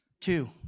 Two